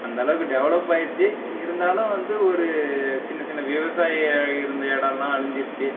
அந்த அளவுக்கு டெவலப் ஆகிடுச்சு இருந்தாலும் வந்து ஒரு சின்ன சின்ன விவசாயி இருந்த இடம்லாம் அழிஞ்சிடுச்சு